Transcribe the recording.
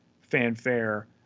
fanfare